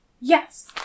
Yes